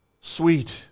sweet